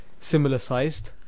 similar-sized